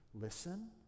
Listen